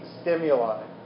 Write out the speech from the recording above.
stimuli